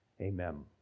Amen